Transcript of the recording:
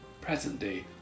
present-day